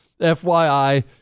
FYI